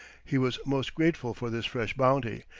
he was most grateful for this fresh bounty,